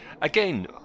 Again